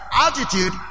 attitude